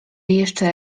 jeszcze